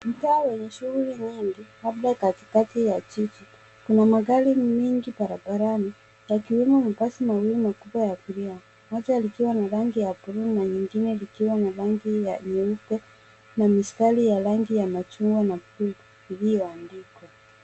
Mtaa wenye shughuli nyingi, labda katikati ya jiji, kuna magari mingi barabarani yakiwemo mabasi mawili makubwa ya abiria. Moja likiwa na rangi ya buluu na nyingine likiwa na rangi ya nyeupe na mistari ya rangi ya machungwa na buluu iliyoandikwa.